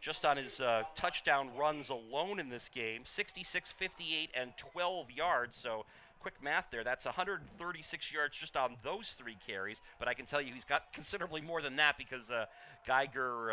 just on his touchdown runs alone in this game sixty six fifty eight and twelve yards so quick math there that's one hundred thirty six yards just those three carries but i can tell you he's got considerably more than that because a geiger